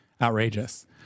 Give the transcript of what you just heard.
outrageous